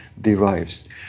derives